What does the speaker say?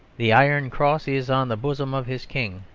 the iron cross is on the bosom of his king,